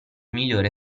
migliore